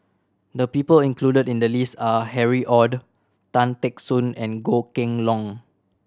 the people included in the list are Harry Ord Tan Teck Soon and Goh Kheng Long